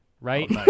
right